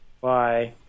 Bye